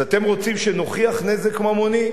אז אתם רוצים שנוכיח נזק ממוני,